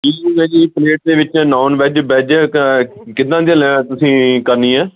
plate ਦੇ ਵਿੱਚ non veg veg ਕਿੱਦਾਂ ਦੀਆਂ ਤੁਸੀਂ ਕਰਨੀ ਹੈ